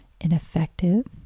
ineffective